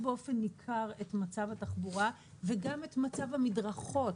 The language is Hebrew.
באופן ניכר את מצב התחבורה וגם את מצב המדרכות.